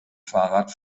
fahrrad